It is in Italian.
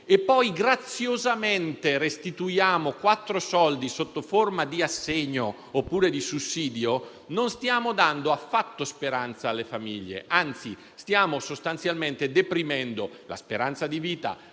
e poi, graziosamente, restituiamo quattro soldi sotto forma di assegno oppure di sussidio, non stiamo dando affatto speranza alle famiglie. Anzi, stiamo sostanzialmente deprimendo la speranza di vita